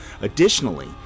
Additionally